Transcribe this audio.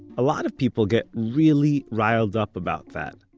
a lot of people get really riled up about that.